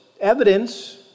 Evidence